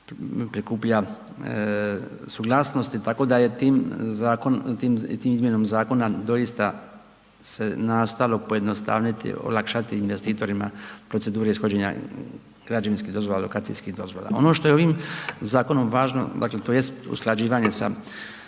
prikuplja suglasnosti, tako da je tim zakonom, tim izmjenama zakona doista se nastojalo pojednostavniti, olakšati investitorima procedure ishođenja građevinskih dozvola i lokacijskih dozvola. Ono što je ovim zakonom važno dakle tj. usklađivanje sa